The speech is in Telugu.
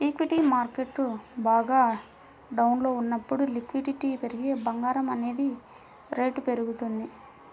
ఈక్విటీ మార్కెట్టు బాగా డౌన్లో ఉన్నప్పుడు లిక్విడిటీ పెరిగి బంగారం అనేది రేటు పెరుగుతుంది